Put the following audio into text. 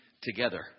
together